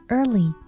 Early